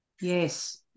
Yes